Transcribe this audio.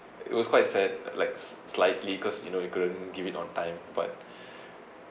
it was quite sad like slightly because you know you couldn't give it on time but